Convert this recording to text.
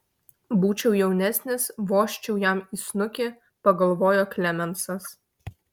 būčiau jaunesnis vožčiau jam į snukį pagalvojo klemensas